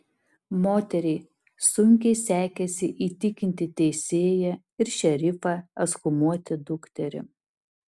moteriai sunkiai sekėsi įtikinti teisėją ir šerifą ekshumuoti dukterį